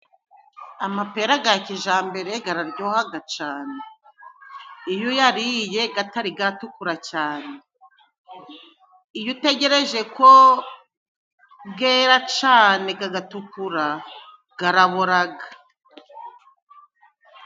Amapera ga kijambereha gararyohaga cane. Iyo uyariye gatari gatukura cyane, iyo utegereje ko gera cane gagatukura garaboraga.